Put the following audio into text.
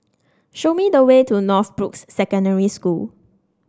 show me the way to Northbrooks Secondary School